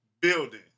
building